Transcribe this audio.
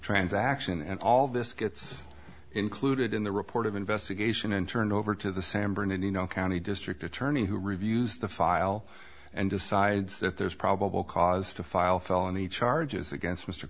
transaction and all of this gets included in the report of investigation and turned over to the san bernardino county district attorney who reviews the file and decides that there is probable cause to file felony charges against m